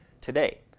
Today